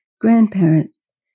grandparents